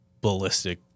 ballistic